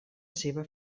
seva